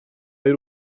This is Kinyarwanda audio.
y’u